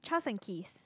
Charles and Keith